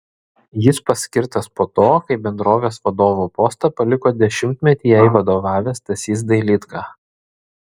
jis paskirtas po to kai bendrovės vadovo postą paliko dešimtmetį jai vadovavęs stasys dailydka